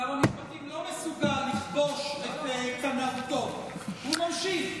שר המשפטים לא מסוגל לכבוש את, הוא ממשיך.